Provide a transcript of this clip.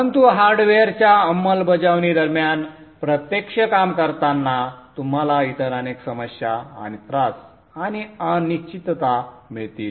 परंतु हार्डवेअरच्या अंमलबजावणीदरम्यान प्रत्यक्ष काम करताना तुम्हाला इतर अनेक समस्या आणि त्रास आणि अनिश्चितता मिळतील